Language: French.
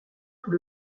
tout